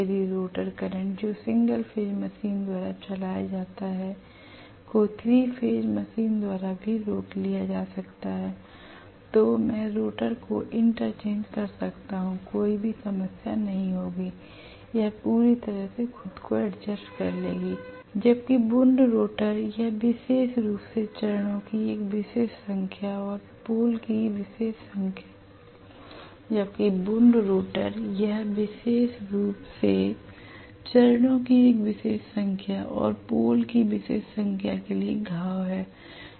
यदि rotor current जो single phase machine द्वारा चलाया जाता है को 3 फेज मशीन द्वारा भी रोक लिया जा सकता है तो मैं रोटर को इंटरचेंज कर सकता हूं कोई भी समस्या नहीं होगी यह पूरी तरह से खुद को एडजस्ट कर लेगी l जबकि वुन्ड रोटर यह विशेष रूप से चरणों की एक विशेष संख्या और पोल की विशेष संख्या के लिए घाव है